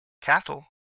Cattle